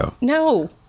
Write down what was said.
No